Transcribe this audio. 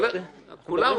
לא.